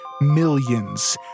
millions